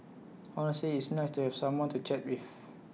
honestly it's nice to have someone to chat with